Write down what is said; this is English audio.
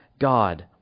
God